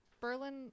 Berlin